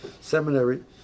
Seminary